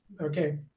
okay